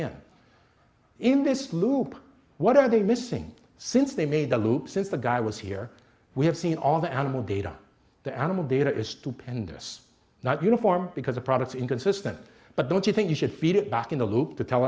in in this loop what are they missing since they made the loop since the guy was here we have seen all the animal data the animal data is stupendous not uniform because of products inconsistent but don't you think you should feed it back in the loop to tell